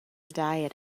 diet